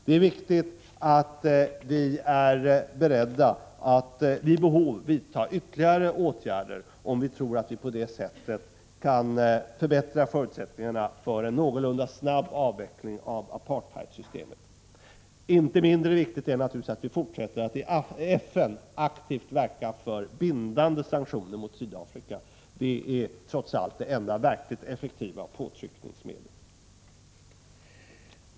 Det är viktigt att vi är beredda att vid behov vidta ytterligare åtgärder — om vi tror att vi på det sättet kan förbättra förutsättningarna för en någorlunda snabb avveckling av apartheidsystemet. Inte mindre viktigt är naturligtvis att vi fortsätter att i FN aktivt verka för bindande sanktioner mot Sydafrika. Det är trots allt det enda verkligt effektiva påtryckningsmedlet.